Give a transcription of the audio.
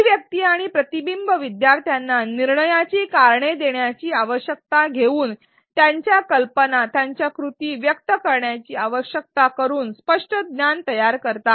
अभिव्यक्ती आणि प्रतिबिंब शिकणाऱ्यांना निर्णयाची कारणे देण्याची आवश्यकता घेऊन त्यांच्या कल्पना त्यांच्या कृती व्यक्त करण्याची आवश्यकता करून स्पष्ट ज्ञान तयार करतात